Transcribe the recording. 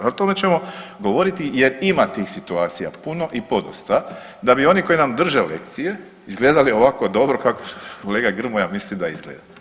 O tome ćemo govoriti, jer ima tih situacija puno i podosta, da bi oni koji nam drže lekcije izgledali ovako dobro kako kolega Grmoja misli da izgleda.